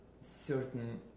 certain